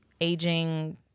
aging